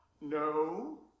No